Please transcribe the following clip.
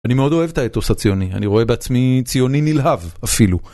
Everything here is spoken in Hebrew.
אני מאוד אוהב את האתוס הציוני, אני רואה בעצמי ציוני נלהב, אפילו.